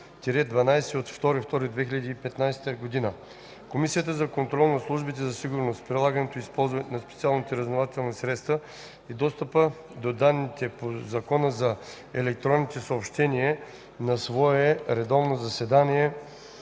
Комисията за контрол над службите за сигурност, прилагането и използването на специалните разузнавателни средства и достъпа до данните по Закона за електронните съобщения на свое редовно заседание,